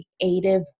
creative